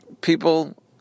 people